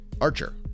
archer